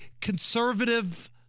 conservative